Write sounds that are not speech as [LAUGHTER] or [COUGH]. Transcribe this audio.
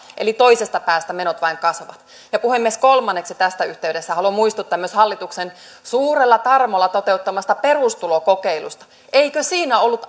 eli toisesta päästä menot vain kasvavat ja puhemies kolmanneksi tässä yhteydessä haluan muistuttaa myös hallituksen suurella tarmolla toteuttamasta perustulokokeilusta eikö siinä ollut [UNINTELLIGIBLE]